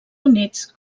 units